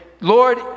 Lord